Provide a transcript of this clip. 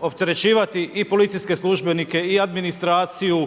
opterećivati i policijske službenike, i administraciju,